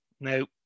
Now